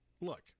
look